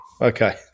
Okay